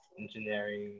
engineering